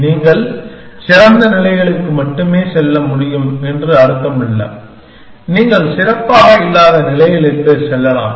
நீங்கள் சிறந்த நிலைகளுக்கு மட்டுமே செல்ல முடியும் என்று அர்த்தமல்ல நீங்கள் சிறப்பாக இல்லாத நிலைகளுக்கு செல்லலாம்